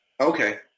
Okay